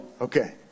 Okay